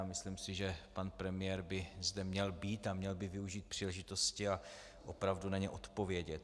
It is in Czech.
Myslím si, že pan premiér by zde měl být a měl by využít příležitosti a opravdu na ně odpovědět.